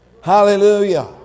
Hallelujah